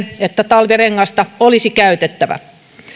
että talvirengasta olisi käytettävä